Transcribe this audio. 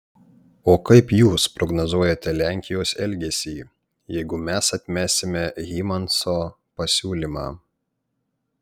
o kaip jūs prognozuojate lenkijos elgesį jeigu mes atmesime hymanso pasiūlymą